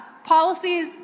Policies